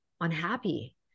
unhappy